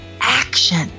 action